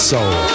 Soul